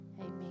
Amen